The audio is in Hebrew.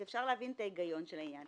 אז אפשר להבין את ההיגיון של העניין.